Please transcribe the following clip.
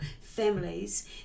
families